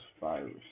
virus